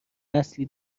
نسلی